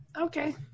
Okay